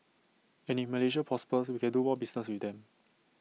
and if Malaysia prospers we can do more business with them